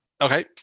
Okay